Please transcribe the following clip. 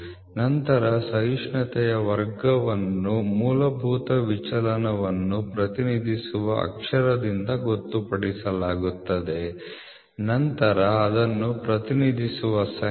ನಂತರ ಸಹಿಷ್ಣುತೆ ವರ್ಗವನ್ನು ಮೂಲಭೂತ ವಿಚಲನವನ್ನು ಪ್ರತಿನಿಧಿಸುವ ಅಕ್ಷರದಿಂದ ಗೊತ್ತುಪಡಿಸಲಾಗುತ್ತದೆ ನಂತರ ಅದನ್ನು ಪ್ರತಿನಿಧಿಸುವ ಸಂಖ್ಯೆ